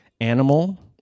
Animal